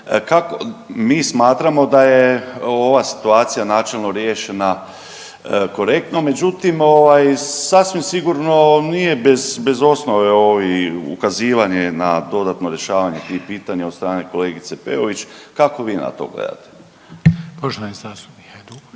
mi smatramo da je ova situacija načelno riješena korektno međutim ovaj sasvim sigurno nije bez osnove ovi ukazivanje na dodatno rješavanje tih pitanja od strane kolegice Peović, kako vi na to gledate. **Reiner, Željko